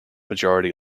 majority